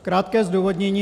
Krátké zdůvodnění.